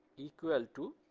equal to